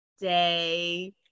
Day